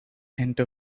into